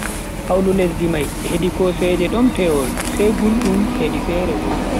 Hawlu lesdi mai hedi kooseje don pewol, sai guldum hedi fere bo.